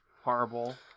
Horrible